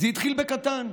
זה התחיל בקטן: